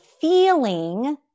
feeling